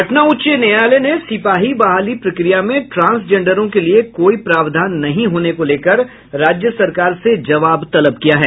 पटना उच्च न्यायालय ने सिपाही बहाली प्रक्रिया में ट्रांसजेंडरों के लिए कोई प्रावधान नहीं होने को लेकर राज्य सरकार से जवाब तलब किया है